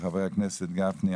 של חברי הכנסת משה גפני,